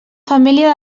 família